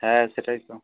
হ্যাঁ সেটাই তো